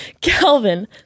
calvin